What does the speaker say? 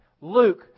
Luke